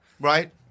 Right